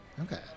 Okay